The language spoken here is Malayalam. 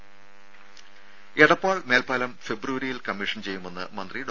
രംഭ എടപ്പാൾ മേൽപ്പാലം ഫെബ്രുവരിയിൽ കമ്മീഷൻ ചെയ്യുമെന്ന് മന്ത്രി ഡോ